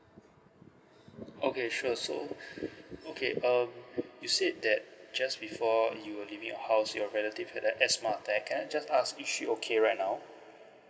okay sure so okay um you said that just before you were leaving your house your relative had the asthma attack can I just ask is she okay right now